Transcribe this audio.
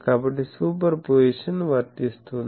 కాబట్టి superposition వర్తిస్తుంది